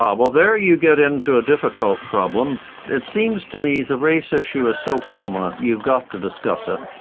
um well there you get into a difficult problem it seems to me the race issue is so prominent that you've got to discuss it.